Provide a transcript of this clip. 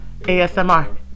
ASMR